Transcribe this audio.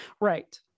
Right